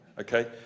Okay